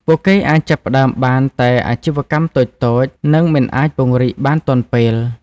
ពួកគេអាចចាប់ផ្តើមបានតែអាជីវកម្មតូចៗ និងមិនអាចពង្រីកបានទាន់ពេល។